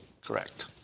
Correct